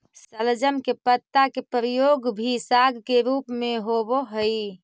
शलजम के पत्ता के प्रयोग भी साग के रूप में होव हई